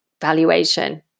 valuation